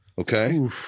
Okay